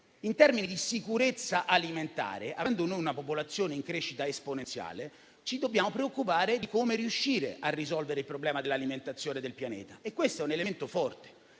in termini di sicurezza alimentare, avendo noi una popolazione in crescita esponenziale, ci dobbiamo preoccupare di come riuscire a risolvere il problema dell'alimentazione del pianeta. Questo è un elemento forte